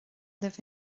libh